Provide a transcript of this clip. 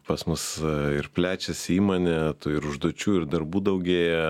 pas mus ir plečiasi įmonė ir užduočių ir darbų daugėja